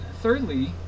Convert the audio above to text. thirdly